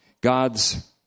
God's